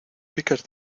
picas